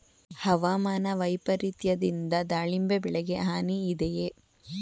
ಹವಾಮಾನ ವೈಪರಿತ್ಯದಿಂದ ದಾಳಿಂಬೆ ಬೆಳೆಗೆ ಹಾನಿ ಇದೆಯೇ?